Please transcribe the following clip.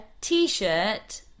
t-shirt